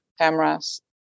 cameras